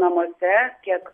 namuose kiek